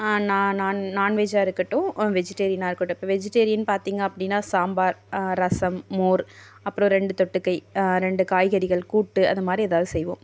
நான் நான் நான்வெஜ்ஜாக இருக்கட்டும் வெஜிட்டேரியனாக இருக்கட்டும் இப்போ வெஜிட்டேரியன் பார்த்திங்க அப்படின்னா சாம்பார் ரசம் மோர் அப்றம் ரெண்டு தொட்டுக்க ரெண்டு காய்கறிகள் கூட்டு அதுமாதிரி எதாவது செய்வோம்